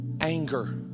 anger